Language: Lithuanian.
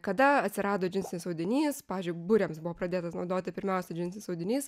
kada atsirado džinsinis audinys pavyzdžiui burėms buvo pradėtas naudoti pirmiausia džinsinis audinys